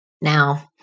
now